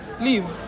Leave